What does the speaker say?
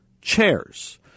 chairs